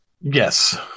Yes